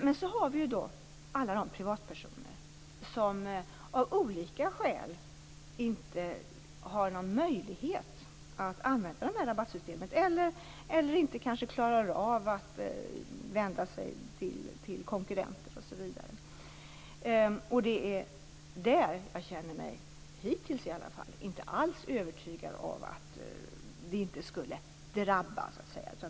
Men sedan har vi alla de privatpersoner som av olika skäl inte har någon möjlighet att använda rabattsystemen, kanske inte klarar av att vända sig till konkurrenter osv. Det är dem som jag - i alla fall hittills - inte alls känner mig övertygad om att det här inte skulle drabba.